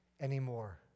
anymore